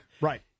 Right